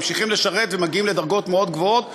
אחדים מבני העדה הזאת גם ממשיכים לשרת ומגיעים לדרגות גבוהות מאוד,